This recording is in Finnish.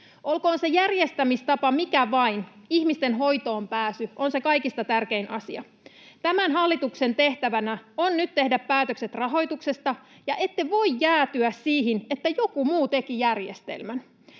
Olkoon se järjestämistapa mikä vain, ihmisten hoitoonpääsy on se kaikista tärkein asia. Tämän hallituksen tehtävänä on nyt tehdä päätökset rahoituksesta, ja ette voi jäätyä siihen, että joku muu teki järjestelmän.